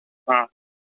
ஆ